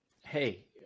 hey